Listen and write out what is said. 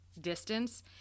distance